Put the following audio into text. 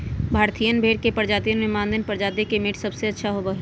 भारतीयन भेड़ के प्रजातियन में मानदेय प्रजाति के मीट सबसे अच्छा होबा हई